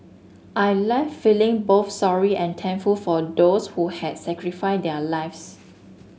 I left feeling both sorry and thankful for those who had sacrificed their lives